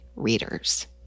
readers